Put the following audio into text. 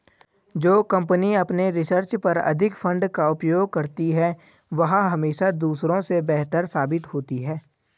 जो कंपनी अपने रिसर्च पर अधिक फंड का उपयोग करती है वह हमेशा दूसरों से बेहतर साबित होती है